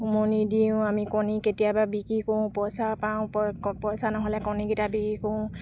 উমনিত দিওঁ আমি কণী কেতিয়াবা বিক্ৰী কৰোঁ পইছা পাওঁ পইছা নহ'লে কণীকেইটা বিক্ৰী কৰোঁ